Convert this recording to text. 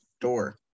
door